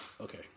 Okay